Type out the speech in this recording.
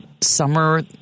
summer